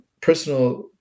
personal